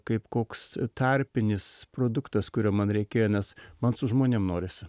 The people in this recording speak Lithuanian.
kaip koks tarpinis produktas kurio man reikėjo nes man su žmonėm norisi